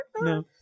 no